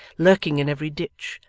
lurking in every ditch,